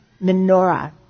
menorah